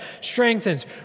strengthens